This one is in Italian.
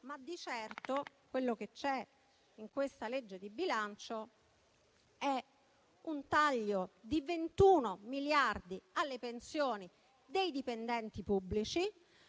Di certo, quello che c'è in questa legge di bilancio è un taglio di 21 miliardi alle pensioni dei dipendenti pubblici